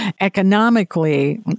Economically